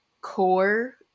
core